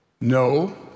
No